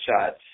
shots